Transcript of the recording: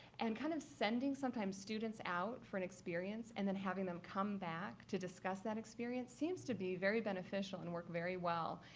and kind of sending, sometimes, students out for an experience and then having them come back to discuss that experience seems to be very beneficial and work very well,